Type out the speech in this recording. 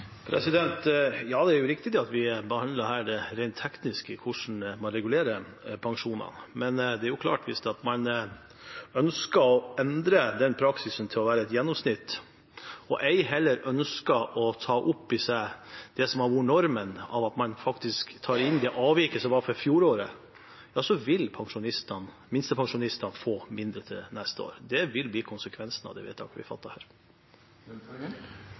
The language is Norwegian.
Det er riktig at vi her behandler det rent tekniske, hvordan man regulerer pensjonene. Men det er klart – hvis man ønsker å endre praksisen til å være et gjennomsnitt og ikke det som har vært normen, at man faktisk tar inn det avviket som var for fjoråret, vil minstepensjonistene få mindre til neste år. Det vil bli konsekvensen av det vedtaket vi fatter